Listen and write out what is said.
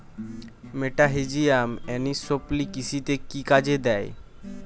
মেটাহিজিয়াম এনিসোপ্লি কৃষিতে কি কাজে দেয়?